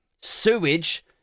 sewage